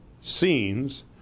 scenes